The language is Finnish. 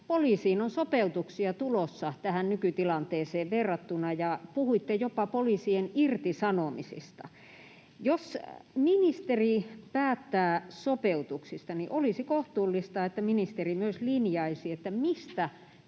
poliisiin on tulossa sopeutuksia nykytilanteeseen verrattuna, ja puhuitte jopa poliisien irtisanomisista. Jos ministeri päättää sopeutuksista, niin olisi kohtuullista, että ministeri myös linjaisi, mistä